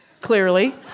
clearly